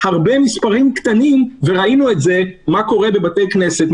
הרבה מספרים קטנים ראינו מה קורה בבתי כנסת,